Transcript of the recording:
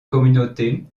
communautés